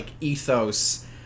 ethos